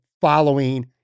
following